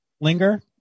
linger